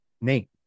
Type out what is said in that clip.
nate